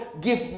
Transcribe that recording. give